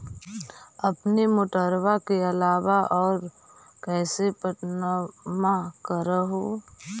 अपने मोटरबा के अलाबा और कैसे पट्टनमा कर हू?